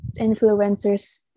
influencers